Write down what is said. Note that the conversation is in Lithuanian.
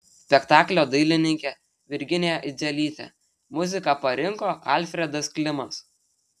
spektaklio dailininkė virginija idzelytė muziką parinko alfredas klimas